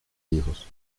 hijos